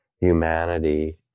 humanity